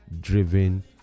driven